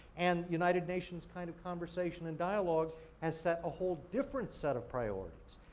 and united nations', kind of, conversation and dialogue has set a whole different set of priorities.